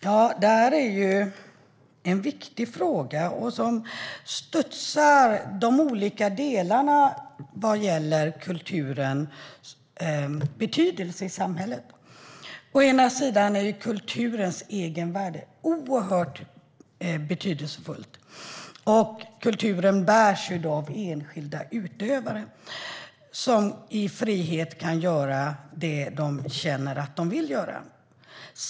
Herr talman! Detta är en viktig fråga, som tar upp de olika delarna vad gäller kulturens betydelse i samhället. Kulturens egenvärde är oerhört betydelsefullt, och kulturen bärs av enskilda utövare som i frihet kan göra det de känner att de vill göra.